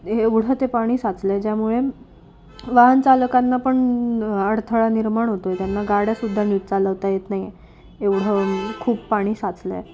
एवढं ते पाणी साचलंय ज्यामुळे वाहन चालकांना पण अडथळा निर्माण होतोय त्यांना गाड्यासुद्धा नीट चालवता येत नाहीये एवढं खूप पाणी साचलंय